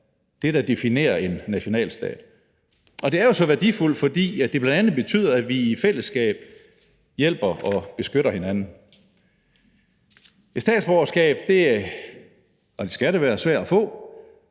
det, der definerer en nationalstat, og det er jo så værdifuldt, fordi det bl.a. betyder, at vi i fællesskab hjælper og beskytter hinanden. Et statsborgerskab skal være svært at få,